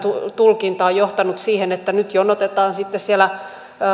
tulkinta on johtanut siihen että jonotetaan sitten siellä